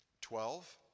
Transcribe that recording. Twelve